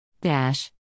Dash